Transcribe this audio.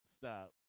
Stop